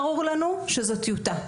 ברור לנו שזו טיוטה.